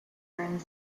and